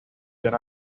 then